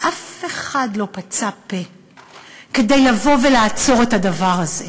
אף אחד לא פה כדי לעצור את הדבר הזה.